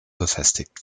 befestigt